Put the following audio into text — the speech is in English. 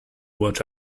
watch